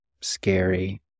scary